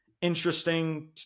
interesting